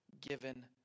given